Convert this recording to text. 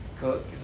cook